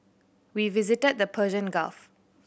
we visited the Persian Gulf